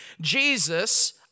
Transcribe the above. Jesus